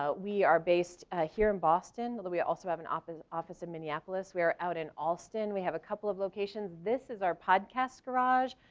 we are based here in boston. although, we also have an office office in minneapolis. we're out in austin. we have a couple of locations. this is our podcast garage.